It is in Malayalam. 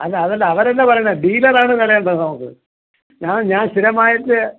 അല്ല അതല്ല അവർ എന്നാ പറയുന്നത് ഡീലർ ആണ് തരേണ്ടത് നമുക്ക് ഞാൻ ഞാൻ സ്ഥിരമായിട്ട്